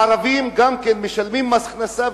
גם הערבים משלמים מס הכנסה,